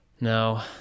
No